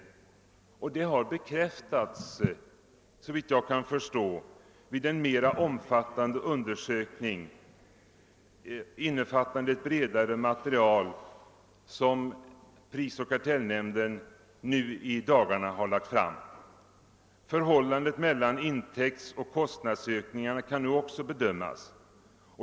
Detta påstående har bekräftats såvitt jag förstår vid den mera omfattande undersökning, innefattande ett bredare material, som prisoch kartellnämnden har lagt fram i dagarna. Förhållandet mellan intäktsoch kostnadsökningarna kan nu också bedömas.